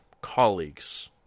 colleagues